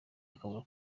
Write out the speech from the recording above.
akamaro